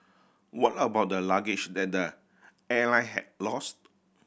what about the luggage that the airline had lost